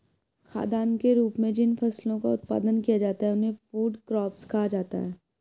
खाद्यान्न के रूप में जिन फसलों का उत्पादन किया जाता है उन्हें फूड क्रॉप्स कहा जाता है